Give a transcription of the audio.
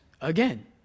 again